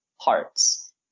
parts